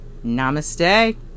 namaste